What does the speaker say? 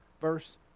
Verse